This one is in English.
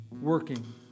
working